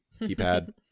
keypad